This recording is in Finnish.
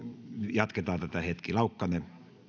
jatketaan tätä hetki